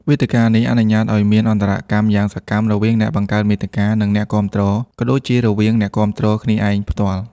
វេទិកានេះអនុញ្ញាតឲ្យមាន អន្តរកម្ម យ៉ាងសកម្មរវាងអ្នកបង្កើតមាតិកា និងអ្នកគាំទ្រ ក៏ដូចជារវាងអ្នកគាំទ្រគ្នាឯងផ្ទាល់។